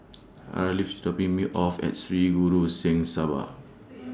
Arleth IS dropping Me off At Sri Guru Singh Sabha